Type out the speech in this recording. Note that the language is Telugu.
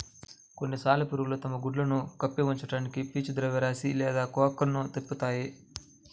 కొన్ని సాలెపురుగులు తమ గుడ్లను కప్పి ఉంచడానికి పీచు ద్రవ్యరాశి లేదా కోకన్ను తిప్పుతాయి